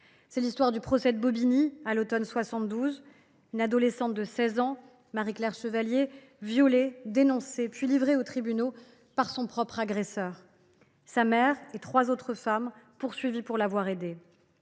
C’est l’histoire du procès de Bobigny, à l’automne 1972, celle d’une adolescente de 16 ans, Marie Claire Chevalier, violée, dénoncée puis livrée aux tribunaux par son agresseur, celle de sa mère et de trois autres femmes, poursuivies pour l’avoir aidée.